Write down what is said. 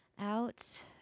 out